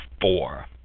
four